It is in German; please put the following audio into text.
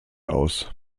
aus